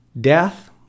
Death